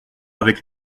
avec